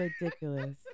ridiculous